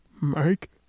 Mike